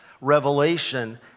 revelation